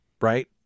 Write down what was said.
right